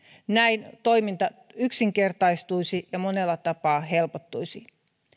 näin toiminta yksinkertaistuisi ja monella tapaa helpottuisi